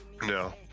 No